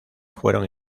fueron